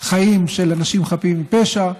חיים של אנשים חפים מפשע.